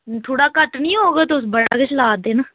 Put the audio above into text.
थोह्ढ़ा घट्ट निं होग तुस बड़ा गै सनाऽ दे न